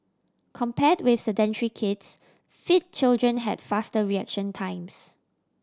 compared with sedentary kids fit children had faster reaction times